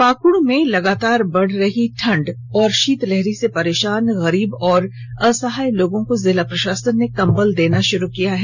पाकुड़ में लगातार बढ़ रही ठंढ और शीतलहरी से परेशान गरीब और असहाय लोगो को जिला प्रशासन ने कम्बल देना श्रू कर दिया है